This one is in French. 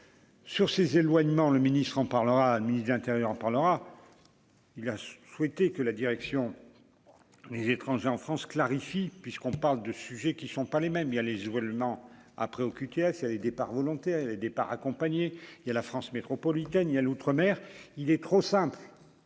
sur ces éloignements le ministre en parlera, ministre de l'Intérieur en parlera. Il a souhaité que la direction les étrangers en France, clarifie puisqu'on parle de sujets qui ne sont pas les mêmes, il y a les hurlements ah préoccupé à ça les départs volontaires et les départs accompagnés, il y a la France métropolitaine, il y a l'outre-mer, il est trop simple